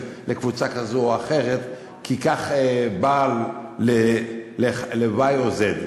לקבוצה כזו או אחרת כי כך בא ל-y או ל-z.